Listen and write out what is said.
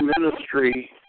ministry